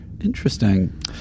Interesting